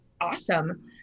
awesome